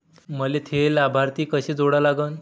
मले थे लाभार्थी कसे जोडा लागन?